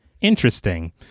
Interesting